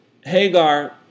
Hagar